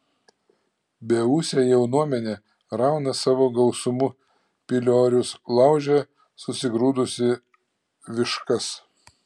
beūsė jaunuomenė rauna savo gausumu piliorius laužia susigrūdusi viškas